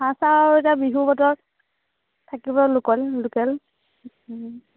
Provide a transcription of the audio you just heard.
হাঁহ চাঁহ আৰু এতিয়া বিহু বতৰ থাকিব লোকোল লোকেল